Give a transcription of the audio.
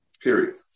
period